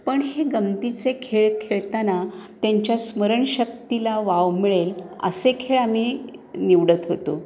पण हे गमतीचे खेळ खेळताना त्यांच्या स्मरणशक्तीला वाव मिळेल असे खेळ आम्ही निवडत होतो